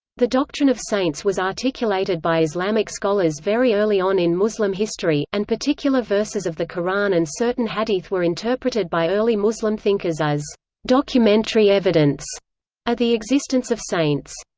the doctrine of saints was articulated by islamic scholars very early on in muslim history, and particular verses of the quran and certain hadith were interpreted by early muslim thinkers as documentary evidence of the existence of saints.